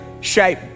shape